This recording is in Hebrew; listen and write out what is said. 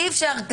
אי-אפשר.